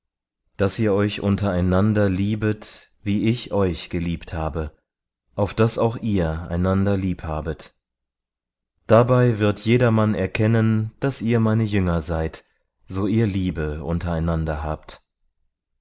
daß ihr euch untereinander liebet wie ich euch geliebt habe auf daß auch ihr einander liebhabet dabei wird jedermann erkennen daß ihr meine jünger seid so ihr liebe untereinander habt